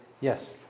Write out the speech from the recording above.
Yes